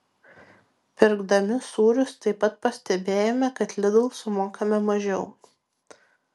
pirkdami sūrius taip pat pastebėjome kad lidl sumokame mažiau